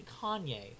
Kanye